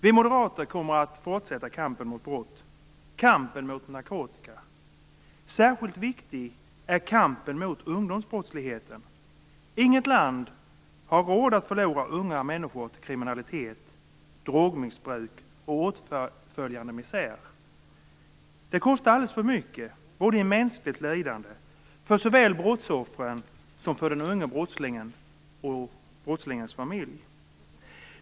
Vi moderater kommer att fortsätta kampen mot brott och kampen mot narkotika. Särskilt viktig är kampen mot ungdomsbrottsligheten. Inget land har råd att förlora unga människor till kriminalitet, drogmissbruk och åtföljande misär. Det kostar alldeles för mycket i mänskligt lidande för såväl brottsoffren som för den unge brottslingen och för brottslingens familj.